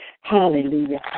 Hallelujah